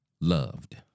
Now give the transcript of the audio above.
loved